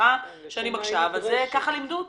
סליחה שאני מקשה, אבל ככה לימדו אותי.